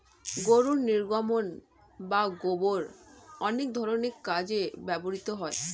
গরুর নির্গমন বা গোবর অনেক ধরনের কাজে ব্যবহৃত হয়